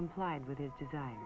complied with his desire